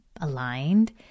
aligned